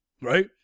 Right